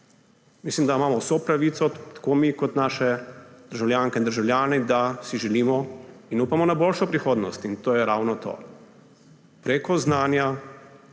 Mislim, da imamo vso pravico, tako mi kot naše državljanke in državljani, da si želimo in upamo na boljšo prihodnost. In to je ravno to. Prek znanja